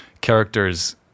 characters